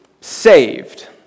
saved